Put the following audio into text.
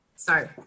Sorry